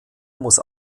muss